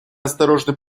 осторожный